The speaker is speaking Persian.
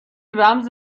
رمز